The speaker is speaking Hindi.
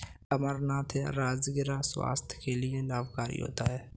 अमरनाथ या राजगिरा स्वास्थ्य के लिए लाभकारी होता है